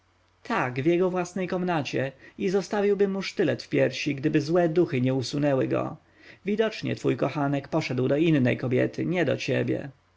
tak w jego własnej komnacie i zostawiłbym mu sztylet w piersi gdyby złe duchy nie usunęły go widocznie twój kochanek poszedł do innej kobiety nie do ciebie